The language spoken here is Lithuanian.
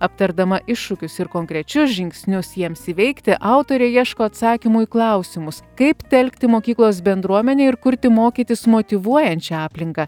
aptardama iššūkius ir konkrečius žingsnius jiems įveikti autorė ieško atsakymų į klausimus kaip telkti mokyklos bendruomenę ir kurti mokytis motyvuojančią aplinką